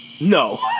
No